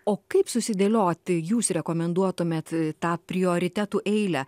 o kaip susidėlioti jūs rekomenduotumėt tą prioritetų eilę